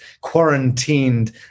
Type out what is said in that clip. quarantined